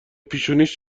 پیشونیش